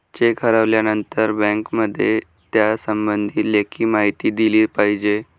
check हरवल्यानंतर बँकेमध्ये त्यासंबंधी लेखी माहिती दिली पाहिजे